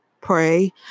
pray